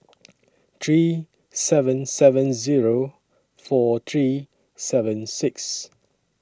three seven seven Zero four three seven six